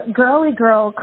girly-girl